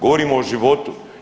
Govorimo o životu.